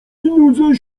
nudzę